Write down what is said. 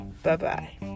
Bye-bye